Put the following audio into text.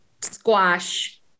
squash